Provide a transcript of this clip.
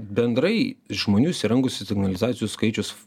bendrai žmonių įsirengusių signalizacijų skaičius